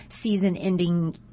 season-ending